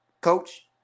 coach